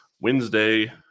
Wednesday